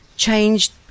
Changed